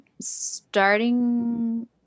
starting